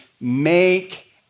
make